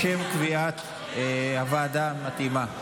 לוועדת הכנסת לשם קביעת הוועדה המתאימה.